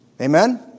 Amen